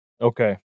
Okay